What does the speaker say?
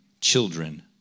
children